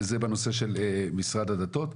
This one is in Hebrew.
זה בנושא של משרד הדתות.